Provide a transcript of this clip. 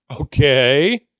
Okay